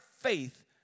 faith